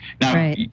Now